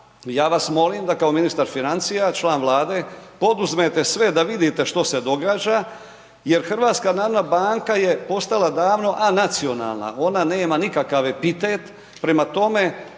ja vas molim da kao ministar financija i član Vlade, poduzmete sve da vidite što se događa jer HNB je postala davno anacionalna, ona nema nikakav epitet, prema tome